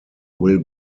will